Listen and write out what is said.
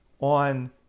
on